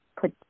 put